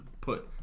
put